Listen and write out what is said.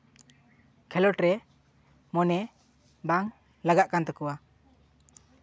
ᱠᱷᱮᱞᱳᱰ ᱨᱮ ᱢᱚᱱᱮ ᱵᱟᱝ ᱞᱟᱜᱟᱜ ᱠᱟᱱ ᱛᱟᱠᱚᱣᱟ